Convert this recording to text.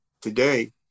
today